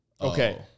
Okay